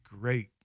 great